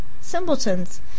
Simpletons